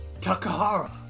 Takahara